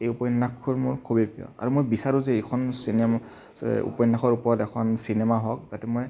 এই উপন্য়াসখন মোৰ খুবেই প্ৰিয় আৰু মই বিচাৰোঁ যে এইখন চিনেমা চ উপন্য়াসৰ ওপৰত এখন চিনেমা হওক যাতে মই